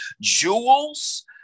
jewels